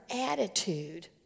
attitude